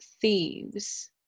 thieves